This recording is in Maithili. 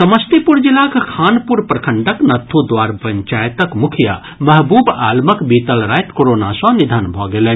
समस्तीपुर जिलाक खानपुर प्रखंडक नथ्थूद्वार पंचायतक मुखिया महबूब आलमक बीतल राति कोरोना सँ निधन भऽ गेलनि